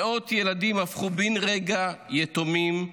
מאות ילדים הפכו בן רגע יתומים,